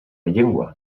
llengua